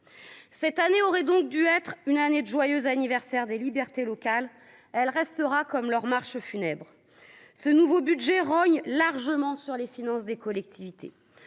cette année, aurait donc dû être une année de joyeux anniversaire des libertés locales, elle restera comme leur marche funèbre ce nouveau budget rogne largement sur les finances des collectivités,